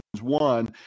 One